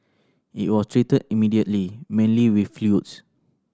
it was treated immediately mainly with fluids